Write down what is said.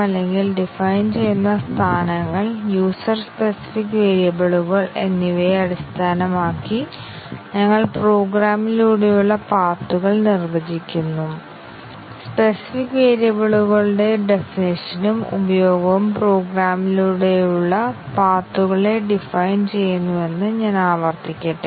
അതിനാൽ ഒരു linearly independent set up path എന്താണെന്ന് നമുക്ക് നോക്കാം തുടർന്ന് ഈ ലിനെയാർലി ഇൻഡിപെൻഡെന്റ് സെറ്റ് അപ്പ് പാത്തുകളുടെ കവറേജ് ഞങ്ങൾക്ക് ആവശ്യമാണ്